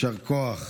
יישר כוח.